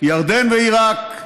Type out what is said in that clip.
ירדן ועיראק,